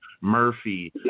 Murphy